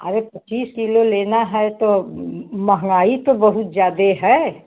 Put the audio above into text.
अरे पच्चीस किलो लेना है तो महंगाई तो बहुत ज़्यादा है